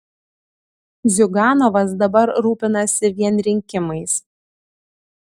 ziuganovas dabar rūpinasi vien rinkimais